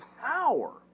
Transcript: power